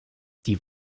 die